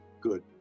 good